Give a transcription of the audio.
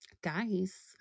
guys